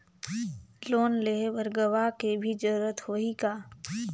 Loan लेहे बर गवाह के भी जरूरत होही का?